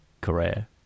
career